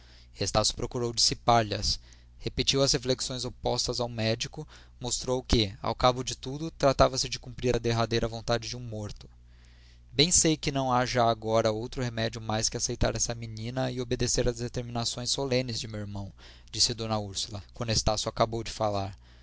estácio procurou dissipar lhas repetiu as reflexões opostas ao médico mostrou que ao cabo de tudo tratava-se de cumprir a derradeira vontade de um morto bem sei que não há já agora outro remédio mais que aceitar essa menina e obedecer às determinações solenes de meu irmão disse d úrsula quando estácio acabou de falar